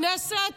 כנסת,